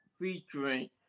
featuring